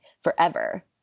forever